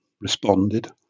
responded